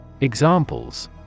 Examples